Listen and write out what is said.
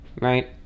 right